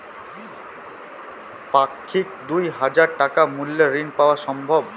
পাক্ষিক দুই হাজার টাকা মূল্যের ঋণ পাওয়া সম্ভব?